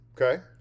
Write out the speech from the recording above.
Okay